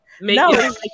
No